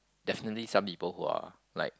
definitely some people who are like